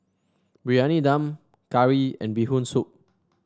Briyani Dum curry and Bee Hoon Soup